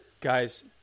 Guys